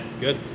good